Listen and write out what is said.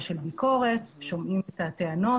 ושומעים את הטענות.